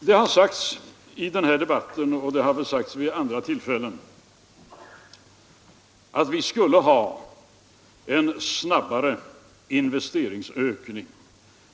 Det har sagts i den här debatten och även vid andra tillfällen att vi borde ha en snabbare investeringsökning.